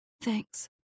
Thanks